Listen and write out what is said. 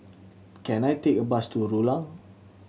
can I take a bus to Rulang